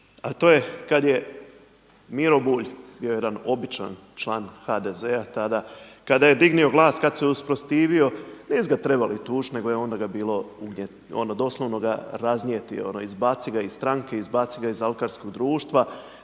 a to je kada je Miro Bulj bio jedan običan član HDZ-a tada, kada je dignuo glas kada se usprotivio nisu ga trebali tužiti, nego doslovno ga raznijeti ono izbaci ga iz stranke, izbaci ga iz Alkarskog društva,